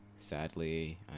Sadly